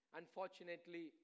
unfortunately